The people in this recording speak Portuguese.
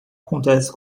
acontece